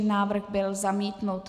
Návrh byl zamítnut.